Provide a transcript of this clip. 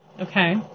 okay